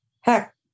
heck